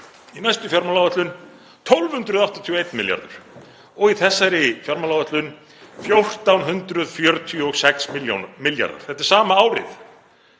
í næstu fjármálaáætlun 1.281 milljarður og í þessari fjármálaáætlun 1.446 milljarðar. Þetta er sama árið